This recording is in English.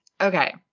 Okay